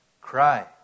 cry